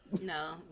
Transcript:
No